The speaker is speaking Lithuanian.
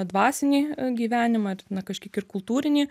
dvasinį gyvenimą ir na kažkiek ir kultūrinį